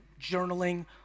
journaling